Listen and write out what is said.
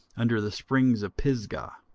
under the springs of pisgah.